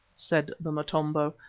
said the motombo.